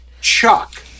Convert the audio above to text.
Chuck